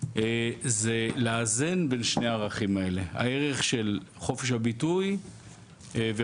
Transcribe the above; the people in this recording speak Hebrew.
זה לאזן בין שני הערכים האלה הערך של חופש הביטוי וחופש